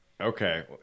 Okay